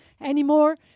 anymore